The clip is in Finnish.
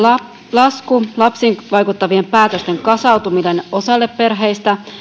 lasku lapsiin vaikuttavien päätösten kasautuminen osalle perheistä